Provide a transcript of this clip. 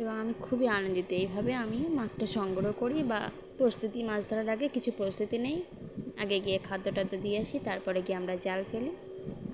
এবং আমি খুবই আনন্দিত এইভাবে আমি মাছটা সংগ্রহ করি বা প্রস্তুতি মাছ ধরার আগে কিছু প্রস্তুতি নেই আগে গিয়ে খাদ্যটাদ্য দিয়ে আসি তারপরে গিয়ে আমরা জাল ফেলি